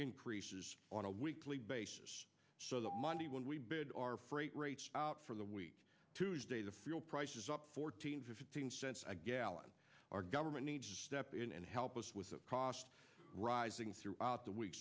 increases on a weekly basis so that monday when we bid our freight rates out for the week tuesday to fuel prices up fourteen fifteen cents a gallon our government needs to step in and help us with the process rising throughout the week